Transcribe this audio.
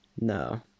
No